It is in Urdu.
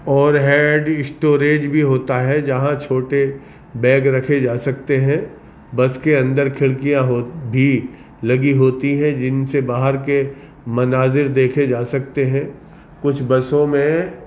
اوور ہیڈ اسٹوریج بھی ہوتا ہے جہاں چھوٹے بیگ رکھے جا سکتے ہیں بس کے اندر کھڑکیاں ہو بھی لگی ہوتی ہیں جن سے باہر کے مناظر دیکھے جا سکتے ہیں کچھ بسوں میں